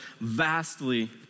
vastly